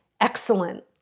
excellent